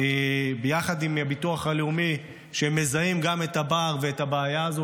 ביחד עם הביטוח הלאומי שהם מזהים את הפער ואת הבעיה הזו,